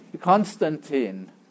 Constantine